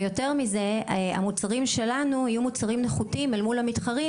ויותר מזה המוצרים שלנו יהיו מוצרים נחותים אל מול המתחרים,